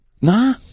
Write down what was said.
Nah